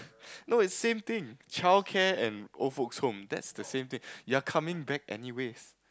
no it's same thing childcare and old folk's home that's the same thing you're coming back anyways